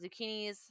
zucchinis